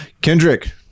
kendrick